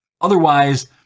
otherwise